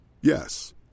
Yes